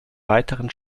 weiteren